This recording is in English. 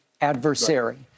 adversary